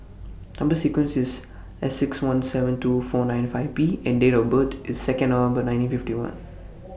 Number sequence IS S six one seven two four nine five B and Date of birth IS Second November nineteen fifty one